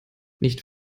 nicht